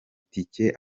tike